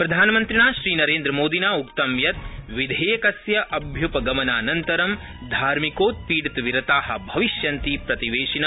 प्रधानमन्त्रिणा श्रीनरेन्द्रमोदिना उक्तं यत् विधेयकस्य अभ्युपगमनानन्तरं धार्मिकोत्पीडितविरता भविष्यन्ति प्रतिवेशिन